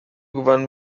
gewann